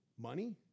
Money